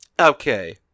okay